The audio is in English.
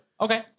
Okay